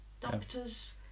doctors